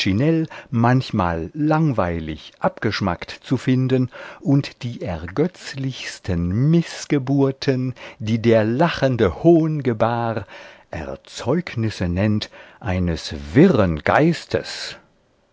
manchmal langweilig abgeschmackt zu finden und die ergötzlichsten mißgeburten die der lachende hohn gebar erzeugnisse nennt eines wirren geistes